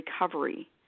recovery